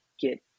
get